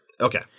Okay